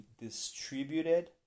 distributed